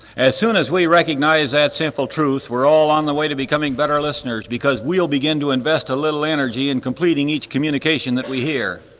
as soon as we recognize that simple truth we're all on the way to becoming better listeners because we'll begin to invest a little energy in completing each communication that we hear.